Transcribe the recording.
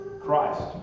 Christ